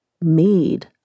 made